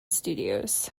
studios